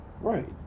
Right